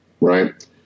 right